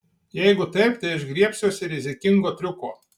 jeigu taip tai aš griebsiuosi rizikingo triuko